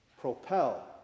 propel